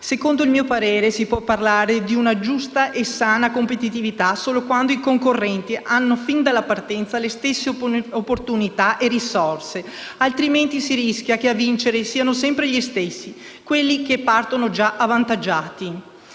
Secondo il mio parere, si può parlare di una giusta e sana competitività solo quando i concorrenti hanno fin dalla partenza le stesse opportunità e risorse; altrimenti, si rischia che a vincere siano sempre gli stessi, quelli che partono già avvantaggiati.